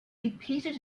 repeated